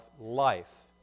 life